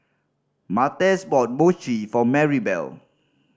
Martez bought Mochi for Marybelle